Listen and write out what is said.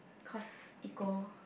cause equal